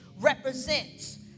represents